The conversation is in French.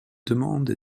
demande